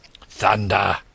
Thunder